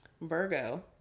Virgo